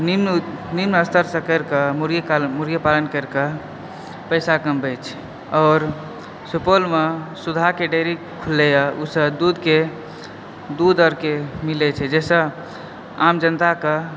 निम्न निम्न स्तरसँ करिके मुर्गी कालन मुर्गी पालन करिके पैसा कमबैत छै आओर सुपौलमऽ सुधाके डेयरी खुलले अइ ओहिसँ दूधके दूध आओरके मिलैत छै जहिसँ आम जनताकऽ